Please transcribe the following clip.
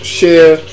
share